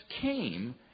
came